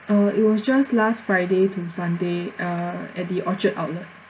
uh it was just last friday to sunday uh at the orchard outlet